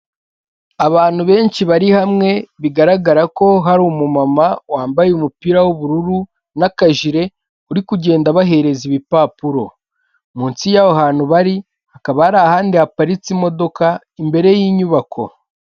Abantu benshi bari hamwe, bigaragara ko hari umumama wambaye umupira w'ubururu n'akajire, uri kugenda abahereza ibipapuro, munsi yaho hantu bari, hakaba hari ahandi haparitse imodoka imbere y'inyubako.